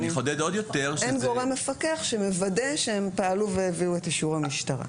אין גורם מפקח שמוודא שהם פעלו והביאו את אישור המשטרה.